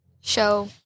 show